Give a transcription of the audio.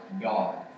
God